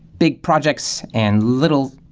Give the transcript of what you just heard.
big projects and little,